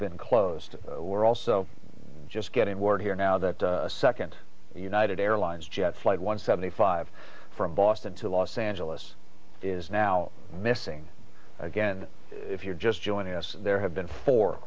been closed we're also just getting word here now that a second united airlines jet flight one seventy five from boston to los angeles is now missing again if you're just joining us there had been four